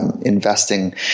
investing